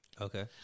Okay